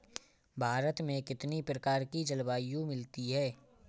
भारत में कितनी प्रकार की जलवायु मिलती है?